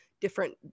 different